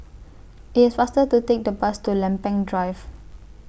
It's faster to Take The Bus to Lempeng Drive